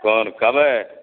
کون کبئی